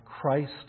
Christ